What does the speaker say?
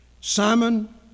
Simon